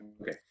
okay